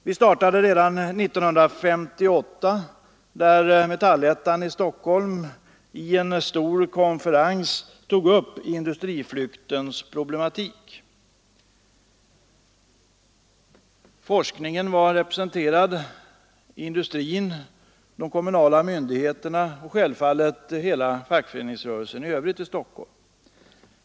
Vi startade redan 1958, då Metallettan i Stockholm vid en stor konferens tog upp industriflyktens problematik. Forskningen var representerad liksom industrin, de kommunala myndigheterna och självfallet hela den övriga fackföreningsrörelsen i Stockholm.